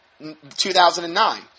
2009